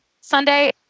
Sunday